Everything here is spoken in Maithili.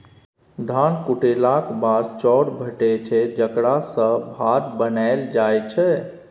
धान कुटेलाक बाद चाउर भेटै छै जकरा सँ भात बनाएल जाइ छै